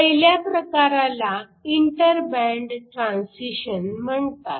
पहिल्या प्रकाराला inter band transition म्हणतात